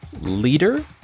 leader